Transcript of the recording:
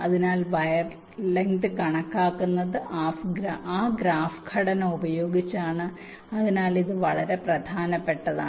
അതിനാൽ വയർ ദൈർഘ്യം കണക്കാക്കുന്നത് ആ ഗ്രാഫ് ഘടന ഉപയോഗിച്ചാണ് അതിനാൽ ഇത് വളരെ പ്രധാനപ്പെട്ടതാണ്